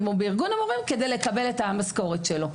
או בארגון המורים כדי לקבל את המשכורת שלו.